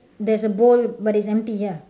there is a bowl but it is empty ya